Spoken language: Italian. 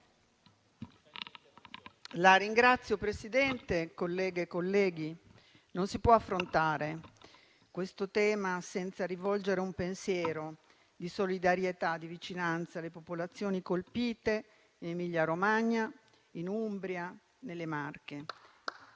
Signor Presidente, colleghe e colleghi, non si può affrontare questo tema senza rivolgere un pensiero di solidarietà e di vicinanza alle popolazioni colpite in Emilia-Romagna, in Umbria, nelle Marche.